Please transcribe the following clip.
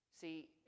See